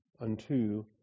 unto